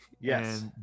yes